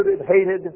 hated